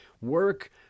work